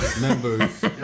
members